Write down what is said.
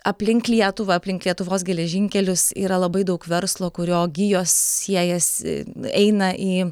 aplink lietuvą aplink lietuvos geležinkelius yra labai daug verslo kurio gijos siejasi eina į